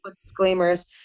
disclaimers